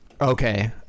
Okay